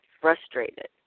frustrated